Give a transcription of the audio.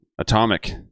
Atomic